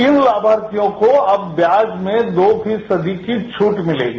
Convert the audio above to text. इन लाभार्थियों को अब ब्याज में दो फीसदी की छूटमिलेगी